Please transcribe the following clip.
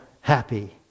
happy